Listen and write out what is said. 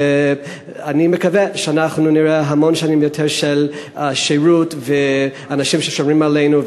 ואני מקווה שנראה המון שנים של שירות ואנשים ששומרים עלינו.